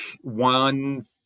one